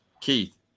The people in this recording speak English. Keith